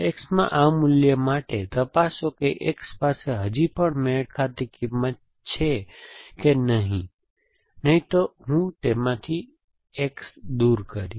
X માં આ મૂલ્ય માટે તપાસો કે X પાસે હજી પણ મેળ ખાતી કિંમત છે કે નહીં નહીં તો હું તેમાંથી X દૂર કરીશ